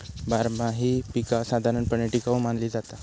बारमाही पीका साधारणपणे टिकाऊ मानली जाता